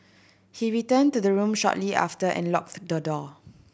he returned to the room shortly after and locked the door